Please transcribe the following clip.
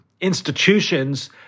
institutions